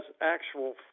actual